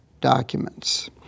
documents